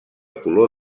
color